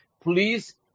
Please